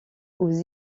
aux